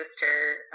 sister